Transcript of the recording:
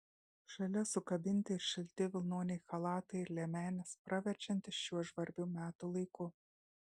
šalia sukabinti ir šilti vilnoniai chalatai ir liemenės praverčiantys šiuo žvarbiu metų laiku